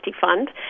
Fund